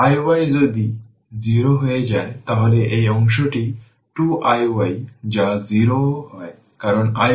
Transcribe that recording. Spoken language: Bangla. iy যদি 0 হয়ে যায় তাহলে এই অংশটি 2 iy যা 0 ও হয় কারণ iy 0